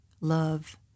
love